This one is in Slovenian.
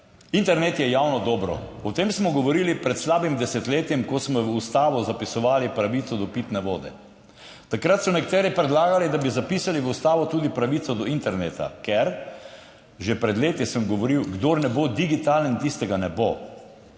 Internet je javno dobro. O tem smo govorili pred slabim desetletjem, ko smo v ustavo zapisovali pravico do pitne vode. Takrat so nekateri predlagali, da bi zapisali v ustavo tudi pravico do interneta, ker sem že pred leti govoril, kdor ne bo digitalen, tistega ne bo.